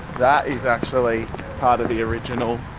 that is actually part of the original